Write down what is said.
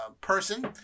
person